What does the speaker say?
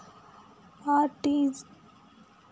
RTGS చేసినప్పుడు ఎంత సమయం లో పైసలు పంపుతరు?